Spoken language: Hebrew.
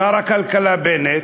שר הכלכלה בנט,